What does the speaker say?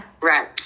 Right